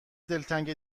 دلتنگ